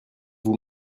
vous